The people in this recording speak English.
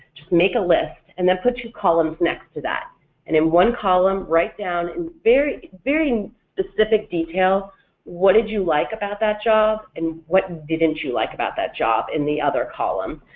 just make a list, list, and then put two columns next to that and in one column right down in very very specific detail what did you like about that job and what didn't you like about that job in the other column,